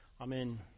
Amen